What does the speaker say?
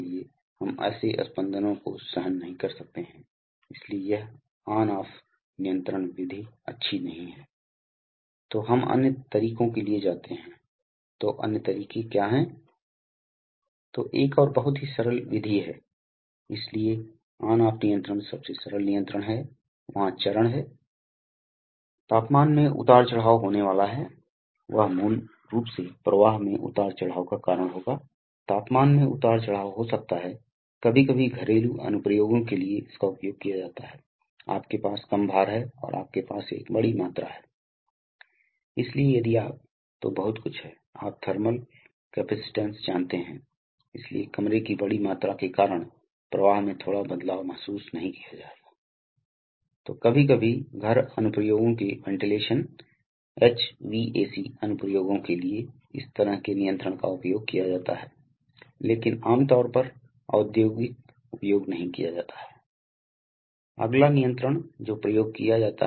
यह एकल या एकाधिक चरण भी हो सकता है इसलिए यहां एक आरेख है इसलिए आमतौर पर आप जानते हैं कि यह कम दबाव इनलेट पोर्ट है और यह उच्च दबाव आउटलेट आउटलेट पोर्ट है इसलिए और ये दो वाल्व हैं जिन्हें आप जानते हैं जो वास्तव में गति को नियंत्रित करता है और इसे प्राइम मूवर को युग्मित किया जाता है इसलिए शायद यह एक कैम संचालित तंत्र है इसलिए सक्शन स्ट्रोक में यह सिलेंडर इस तरह से चलता है जैसा कि यहां दिखाया गया है और फिर यह वाल्व खुलने जा रहा है क्योंकि दबाव यहाँ गिरने वाला है इसलिए यह वाल्व खुलेगा और इनलेट से हवा निकलेगी दूसरी तरफ यह बिल्कुल नहीं है मेरा मतलब है कि यह केवल योजनाबद्ध रूप से दिखाया गया है